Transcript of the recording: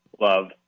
love